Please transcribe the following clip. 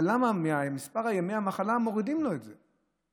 למה ממספר ימי המחלה מורידים לו את זה?